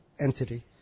entity